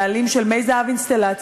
בעלים של "מי זהב אינסטלציה",